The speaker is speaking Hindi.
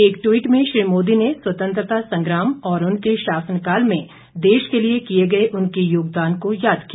एक ट्वीट में श्री मोदी ने स्वतंत्रता संग्राम और उनके शासनकाल में देश के लिए किए गए उनके योगदान को याद किया